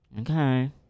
Okay